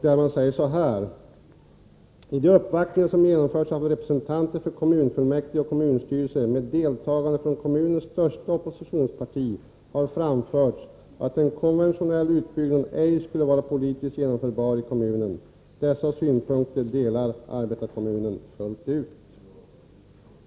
Där står det: Vid de uppvaktningar som genomförts av representanter för kommunfullmäktige och kommunstyrelse med deltagande från kommunens största oppositionsparti har framförts att en konventionell utbyggnad ej skulle vara politiskt genomförbar i kommunen. Dessa synpunkter delar arbetarkommunen fullt ut.